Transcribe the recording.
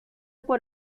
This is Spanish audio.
por